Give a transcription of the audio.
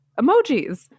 Emojis